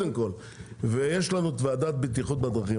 יש לנו ועדת בטיחות בדרכים,